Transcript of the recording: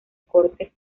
corte